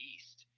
East